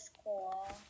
school